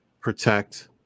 protect